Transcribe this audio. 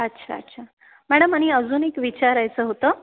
अच्छा अच्छा मॅडम आणि अजून एक विचारायचं होतं